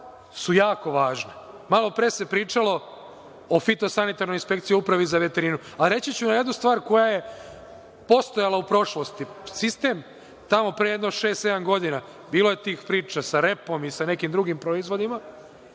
su jako važne. Malopre se pričalo o fitosanitarnoj inspekciji, upravi za veterinu, a reći ću vam jednu stvar koja je postojala u prošlosti. Sistem tamo pre jedno šest, sedam godina bilo je tih priča sa repom i sa nekim drugim proizvodima,